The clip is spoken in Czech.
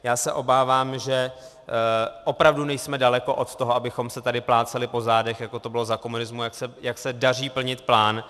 Já se obávám, že opravdu nejsme daleko, abychom se tady plácali po zádech, jako to bylo za komunismu, jak se daří plnit plán.